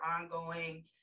ongoing